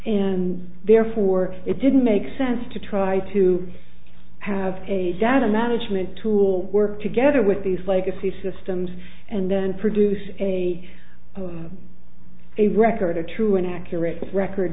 nd therefore it didn't make sense to try to have a data management tool work together with these legacy systems and then produce a a record a true and accurate record